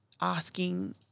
asking